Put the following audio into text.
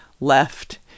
left